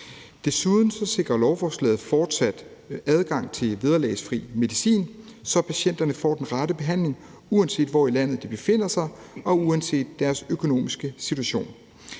Desuden sikrer lovforslaget fortsat adgang til vederlagsfri medicin, så patienterne får den rette behandling, uanset hvor i landet de befinder sig og uanset deres økonomiske situation.